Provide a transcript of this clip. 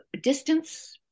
distance